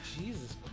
Jesus